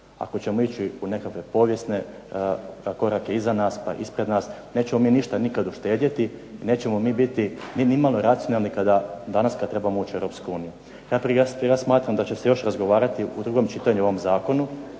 Ako ćemo ići u nekakve povijesne korake iza nas pa ispred nas nećemo mi ništa nikad uštedjeti i nećemo mi biti nimalo racionalni danas kad trebamo ući u Europsku uniju. Ja smatram da će se još razgovarati u drugom čitanju o ovom zakonu,